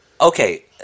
okay